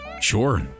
Sure